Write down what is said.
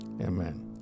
Amen